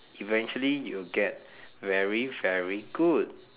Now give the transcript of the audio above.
eventually you will get very very good